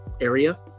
area